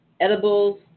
edibles